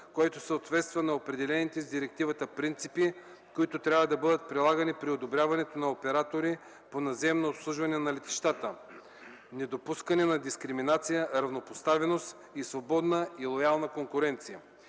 който съответства на определените с директивата принципи, които трябва да бъдат прилагани при одобряването на оператори по наземно обслужване на летищата: недопускане на дискриминация, равнопоставеност и свободна и лоялна конкуренция.